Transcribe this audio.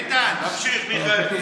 תמשיך, מיכאל.